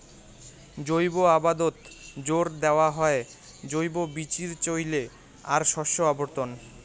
জৈব আবাদত জোর দ্যাওয়া হয় জৈব বীচির চইলে আর শস্য আবর্তন